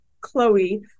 Chloe